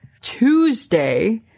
Tuesday